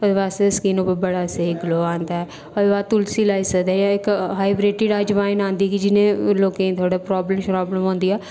ओह्दे वास्तै स्किन गी बड़ा स्हेई ग्लो आंदा ऐ ओह्दे बाद तुलसी लाई सकदे ओ इक हाईब्रेडेड अजवाईन आंदी ऐ जिनें लोकें गी थोह्ड़ा प्राब्लम श्राब्लम होंदी ऐ